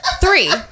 Three